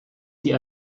die